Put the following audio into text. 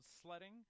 sledding